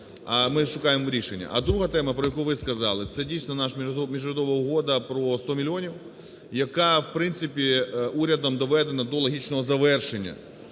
А друга тема, про яку ви сказали, це дійсно наша міжурядова угода про 100 мільйонів, яка в принципі урядом доведена до логічного завершення.